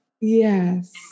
Yes